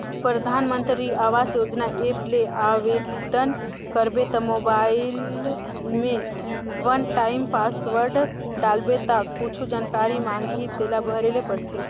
परधानमंतरी आवास योजना ऐप ले आबेदन करबे त मोबईल में वन टाइम पासवर्ड डालबे ता कुछु जानकारी मांगही तेला भरे ले परथे